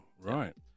right